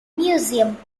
museum